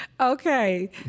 Okay